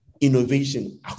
innovation